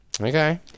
Okay